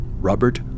robert